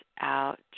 out